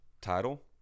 title